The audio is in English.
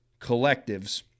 collectives